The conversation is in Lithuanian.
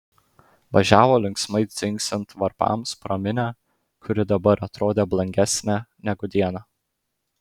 važiavo linksmai dzingsint varpams pro minią kuri dabar atrodė blankesnė negu dieną